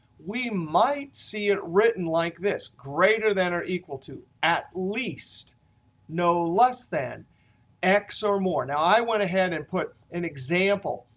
we might see it written like this, greater than or equal to at least no less than x or more. now, i went ahead and put an example.